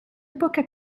époque